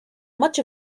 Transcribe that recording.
much